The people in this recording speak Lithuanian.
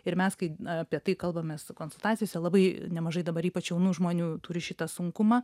ir mes kai apie tai kalbamės su konsultacijose labai nemažai dabar ypač jaunų žmonių turi šitą sunkumą